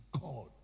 God